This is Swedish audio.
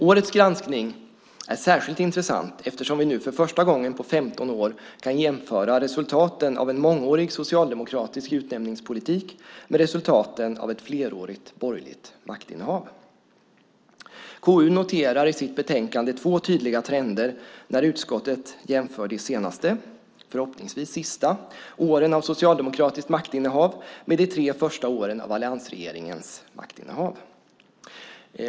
Årets granskning är särskilt intressant eftersom vi nu för första gången på 15 år kan jämföra resultaten av en mångårig socialdemokratisk utnämningspolitik med resultaten av ett flerårigt borgerligt maktinnehav. KU noterar i sitt betänkande två tydliga trender när utskottet jämför de senaste och förhoppningsvis sista åren av socialdemokratiskt maktinnehav med de tre första åren av alliansregeringens maktinnehav.